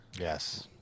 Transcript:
Yes